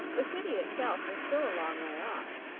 the city itself was still a long way off,